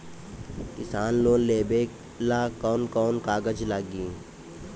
किसान लोन लेबे ला कौन कौन कागज लागि?